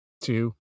Two